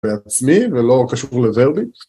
בעצמי, ולא קשור לדרבי